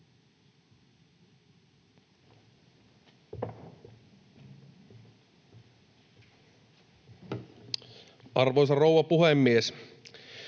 Arvoisa rouva puhemies!